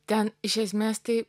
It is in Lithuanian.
ten iš esmės tai